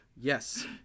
Yes